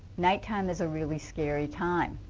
nighttime is a really scary time.